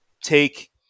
take